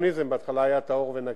אפילו הקומוניזם בהתחלה היה טהור ונקי.